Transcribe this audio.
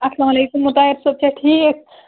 السلامُ علیکُم مُطاہِر صٲب چھا ٹھیٖک